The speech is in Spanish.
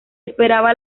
esperaba